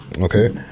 Okay